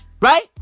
Right